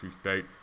State